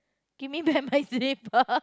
give me back my slipper